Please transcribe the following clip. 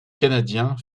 canadiens